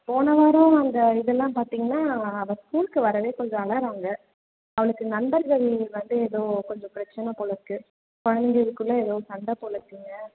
போன வாரம் நாங்கள் இதெல்லாம் பார்த்திங்கன்னா அவன் அவ ஸ்கூல்க்கு வரவே கொஞ்சம் அழறாங்க அவளுக்கு நண்பர்கள் வந்து எதோ கொஞ்சம் பிரச்சனை போல் இருக்கு குழந்தைங்களுக்குள்ளே எதோ சண்ட போல் இருக்குங்க